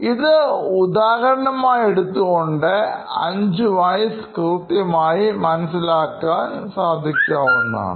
ഇതു ഉദാഹരണമായിഎടുത്തുകൊണ്ട് അഞ്ച് വൈസ് വ്യക്തമായി മനസ്സിലാക്കാൻ സാധിക്കുന്നതാണ്